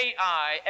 Ai